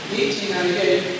1898